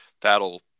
That'll